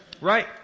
right